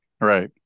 Right